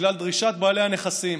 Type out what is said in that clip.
בגלל דרישת בעלי הנכסים,